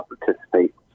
participate